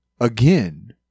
again